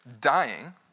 dying